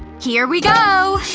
here we go!